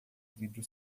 vidro